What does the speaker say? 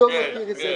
אני לא מכיר את זה.